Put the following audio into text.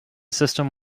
system